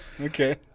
Okay